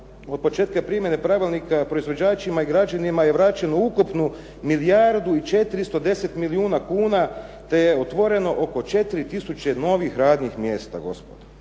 od početka primjene Pravilnika proizvođačima i građanima je vraćeno ukupno milijardu i 410 milijuna kuna te je otvoreno oko 4 tisuće novih radnih mjesta gospodo.